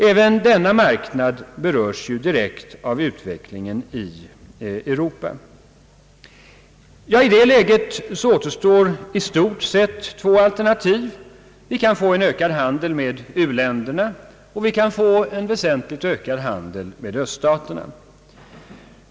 Även denna marknad berörs direkt av utvecklingen i Europa. I det läget återstår i stort sett två alternativ. Vi kan få en ökad handel med u-länderna, och vi kan få en väsentligt ökad handel med öststaterna.